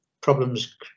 problems